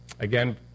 Again